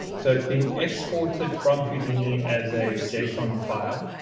so it's being exported from houdini as a json file.